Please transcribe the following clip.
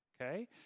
okay